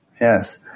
Yes